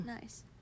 nice